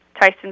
tyson